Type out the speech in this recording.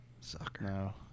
Sucker